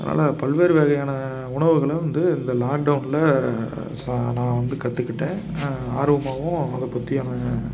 அதனால் பல்வேறு வகையான உணவுகளும் வந்து இந்த லாக்டவுன்ல சா நான் வந்து கற்றுக்கிட்டேன் ஆர்வமாகவும் அதை பற்றியான